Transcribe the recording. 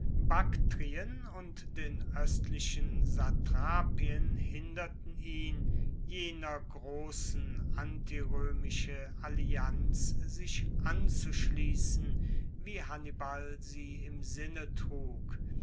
baktrien und den oestlichen satrapien hinderten ihn jener grossen antiroemische allianz sich anzuschliessen wie hannibal sie im sinne trug